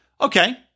Okay